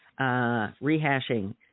rehashing